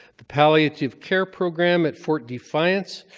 the palliative care program at fort defiance